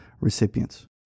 recipients